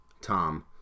Tom